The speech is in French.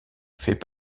fait